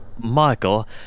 Michael